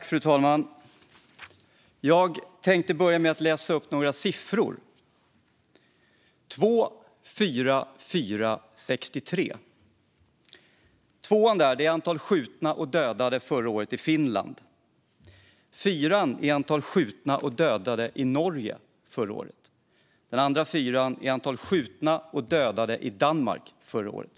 Fru talman! Jag tänkte börja med att läsa upp några siffror: 2, 4, 4, 63. Tvåan är antalet skjutna och dödade i Finland förra året. Den första fyran är antalet skjutna och dödade i Norge förra året. Den andra fyran är antalet skjutna och dödade i Danmark förra året.